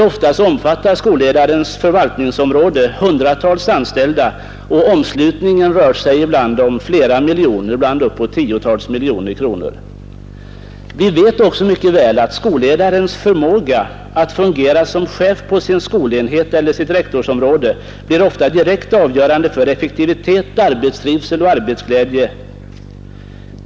Ofta omfattar skolledarens förvaltningsområde hundratals anställda, och omslutningen kan röra sig om flera miljoner — ibland tiotals miljoner kronor. Vi vet också mycket väl att skolledarens förmåga att fungera som chef på sin skolenhet eller sitt rektorsområde ofta blir direkt avgörande för effektivitet, arbetstrivsel och arbetsglädje.